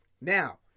Now